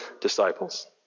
Disciples